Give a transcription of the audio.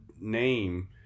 name